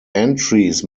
entries